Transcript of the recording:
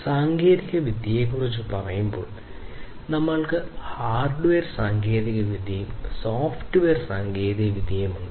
സാങ്കേതികവിദ്യയെക്കുറിച്ച് പറയുമ്പോൾ നമ്മൾക്ക് ഹാർഡ്വെയർ സാങ്കേതികവിദ്യയും സോഫ്റ്റ്വെയർ സാങ്കേതികവിദ്യകളും ഉണ്ട്